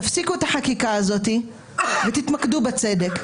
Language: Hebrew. תפסיקו את החקיקה הזאת ותתמקדו בצדק,